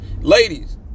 Ladies